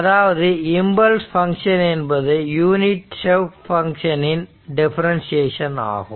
அதாவது impulse function என்பது unit step function இன் டிஃபரண்டியேஷன் ஆகும்